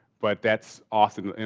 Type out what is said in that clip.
but that's awesome.